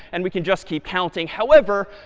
and we can just keep counting. however,